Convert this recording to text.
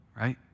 right